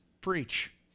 preach